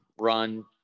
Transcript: run